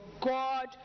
God